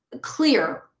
clear